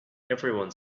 everyone